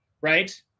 right